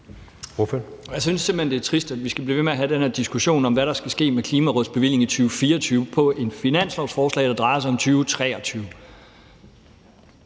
Jeg synes simpelt hen, det er trist, at vi skal blive ved med at have den her diskussion om, hvad der skal ske med Klimarådets bevilling i 2024, i forbindelse med et finanslovsforslag, der drejer sig om 2023.